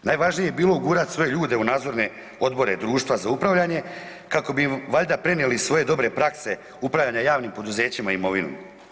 Najvažnije je bilo ugurati svoje ljude u nadzorne odbore društva za upravljanje kako bi im valjda prenijeli svoje dobre prakse upravljanja javnim poduzećima i imovinom.